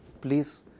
Please